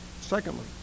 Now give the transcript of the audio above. Secondly